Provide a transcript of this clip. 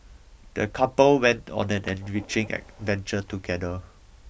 the couple went on an enriching adventure together